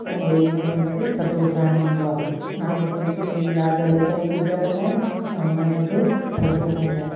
ऐं ॿिए ॾींहं ते उन खे थधो खाइणो हूंदो आहे नागपंचमीअ ॾींहुं नाग देवता जी पूॼा कंदा आहिनि ऐं उन में बि थधो खाईंदा आहिनि